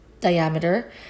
diameter